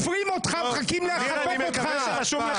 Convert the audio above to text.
להצבעה --------- אתה שאלת אותי שאלה --- לא שאלתי אותך שאלה.